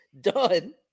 done